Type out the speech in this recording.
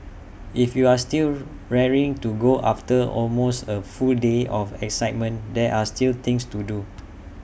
if you are still raring to go after almost A full day of excitement there are still things to do